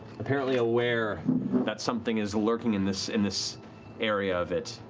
apparently aware that something is lurking in this in this area of it.